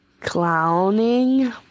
clowning